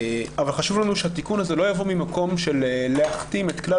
אבל חשוב לנו שהתיקון הזה לא יבוא ממקום של להכתים את כלל